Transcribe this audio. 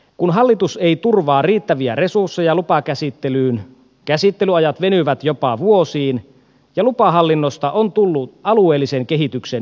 kun hallitus ei turvaa riittäviä resursseja lupakäsittelyyn käsittelyajat venyvät jopa vuosiin ja lupahallinnosta on tullut alueellisen kehityksen jarru